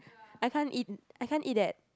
I can't eat I can't eat that